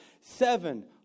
seven